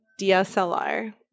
DSLR